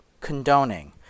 condoning